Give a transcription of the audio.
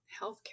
healthcare